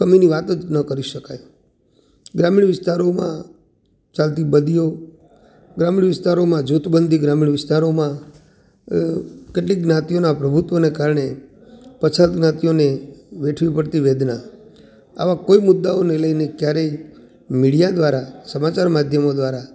કમીની વાત જ ન કરી શકાય ગ્રામીણ વિસ્તારોમાં ચાલતી બદીઓ ગ્રામીણ વિસ્તારમાં જુથ બંદી ગ્રામીણ વિસ્તારોમાં કેટલીક જ્ઞાતિના પ્રભુત્વને કારણે પછાત જ્ઞાતિઓને વેઠવી પડતી વેદના આવા કોઈ મુદાઓને લઈને ક્યારે મીડિયા દ્રારા સમાચાર માધ્યમો દ્રારા